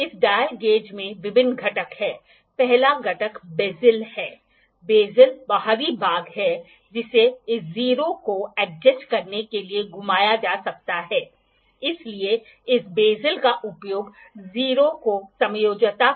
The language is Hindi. उसी सादृश्य में यदि आप इसे माप के लिए लेते हैं यदि मैं एक सीधी रेखा को मापना जानता हूं और यदि मैं एंगल और रेडियस के संदर्भ में एक आर्क को मापने में सक्षम हूं तो मैं मुझे दिए गए किसी भी जटिल ज्यामिट्री को माप सकता हूं